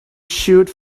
should